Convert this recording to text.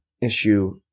issue